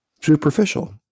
Superficial